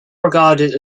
regarded